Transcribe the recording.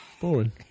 Boring